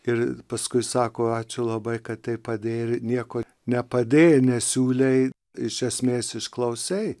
ir paskui sako ačiū labai kad tai padėjo ir nieko nepadėjo nesiūlei iš esmės išklausai